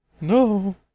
No